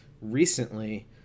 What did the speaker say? recently